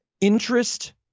Interest